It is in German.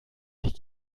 sich